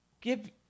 Give